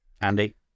Andy